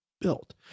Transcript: built